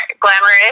glamorous